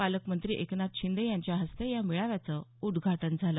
पालकमंत्री एकनाथ शिंदे यांच्या हस्ते या मेळाव्याचं उद्घाटन झालं